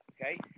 Okay